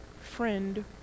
friend